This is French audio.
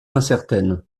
incertaine